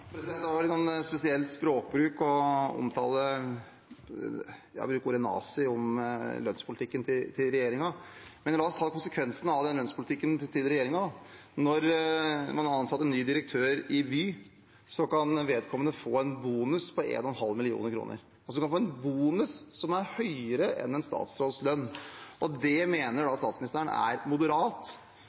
Det er en litt spesiell språkbruk å bruke ordet «nazi» om lønnspolitikken til regjeringen, men la oss ta konsekvensene av denne lønnspolitikken: Når man har ansatt en ny direktør i Vy, kan vedkommende få en bonus på 1,5 mill. kr, altså få en bonus som er høyere enn en statsråds lønn. Det mener statsministeren er moderat